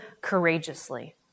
courageously